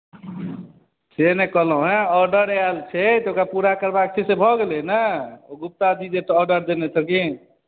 से नहि कहलहुँ हेँ आर्डर आयल छै तऽ ओकरा पूरा करबाक छै से भऽ गेलै ने ओ गुप्ता जी जे आर्डर देने छथिन